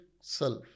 self